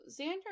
Xander